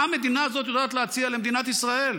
מה המדינה הזאת יודעת להציע למדינת ישראל?